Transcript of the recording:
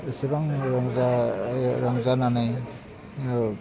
एसेबां रंजा रंजानानै